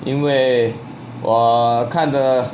因为我看的